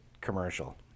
commercial